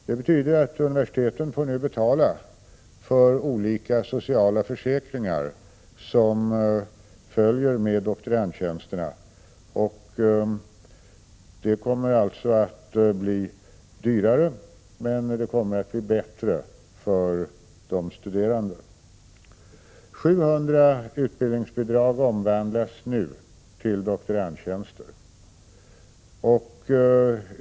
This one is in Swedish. Det betyder att universiteten nu får betala för olika sociala försäkringar som följer med doktorandtjänsterna. Forskningen kommer alltså att bli dyrare, men de studerande kommer att få det bättre. 700 utbildningsbidrag omvandlas nu till doktorandtjänster.